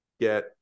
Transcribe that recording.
get